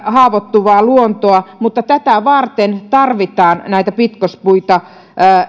haavoittuvaa luontoa mutta tätä varten tarvitaan näitä pitkospuita